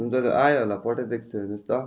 हुन्छ त आयो होला पठाइदिएको छु हेर्नुहोस् त